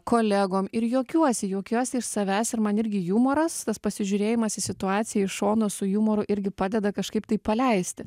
kolegom ir juokiuosi juokiuosi iš savęs ir man irgi jumoras tas pasižiūrėjimas į situaciją iš šono su jumoru irgi padeda kažkaip tai paleisti